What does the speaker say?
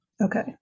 Okay